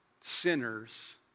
sinners